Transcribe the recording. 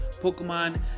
Pokemon